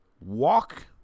walk